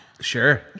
Sure